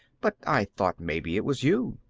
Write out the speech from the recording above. but i thought maybe it was you.